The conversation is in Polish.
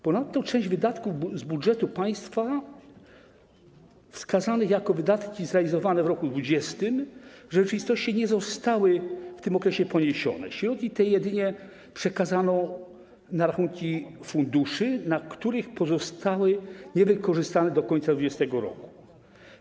Ponadto część wydatków z budżetu państwa wskazanych jako wydatki zrealizowane w roku 2020 w rzeczywistości nie została w tym okresie poniesiona, środki te jedynie przekazano na rachunki funduszy, na których pozostały niewykorzystane do końca 2020 r.